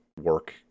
work